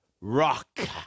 rock